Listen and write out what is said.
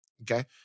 okay